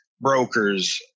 brokers